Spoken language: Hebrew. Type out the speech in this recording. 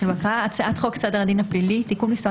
הצעת חוק סדר הדין הפלילי (תיקון מס'